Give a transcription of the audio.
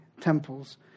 temples